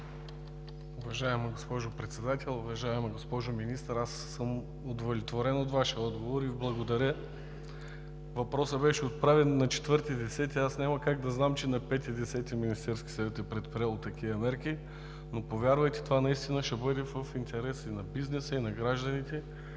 Уважаема госпожо Председател, уважаема госпожо Министър! Аз съм удовлетворен от Вашия отговор и благодаря. Въпросът беше отправен на 4 октомври 2017 г. и аз нямаше как да знам, че на 5 октомври 2017 г. Министерският съвет е предприел такива мерки, но повярвайте, това наистина ще бъде в интерес и на бизнеса, и на гражданите,